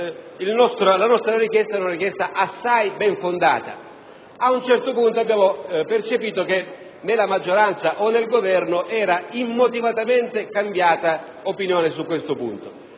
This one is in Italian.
la nostra richiesta era assai ben fondata. Ad un certo punto abbiamo percepito che nella maggioranza o nel Governo era immotivatamente cambiata opinione su questo punto.